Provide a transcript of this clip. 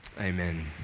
Amen